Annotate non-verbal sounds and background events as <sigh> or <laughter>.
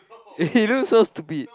<laughs> you look so stupid